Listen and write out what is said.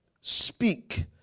Speak